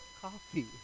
coffee